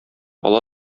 ала